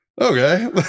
okay